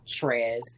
Trez